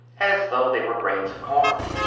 as though they were grains of corn.